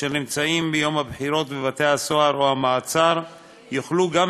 אשר נמצאים ביום הבחירות בבתי-הסוהר או בבתי-המעצר יוכלו גם